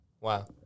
Wow